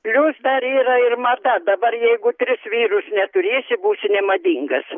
plius dar yra ir mada dabar jeigu tris vyrus neturėsi būsi nemadingas